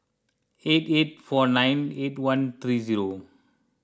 eight eight four nine eight one three zero